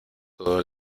todo